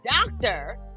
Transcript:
doctor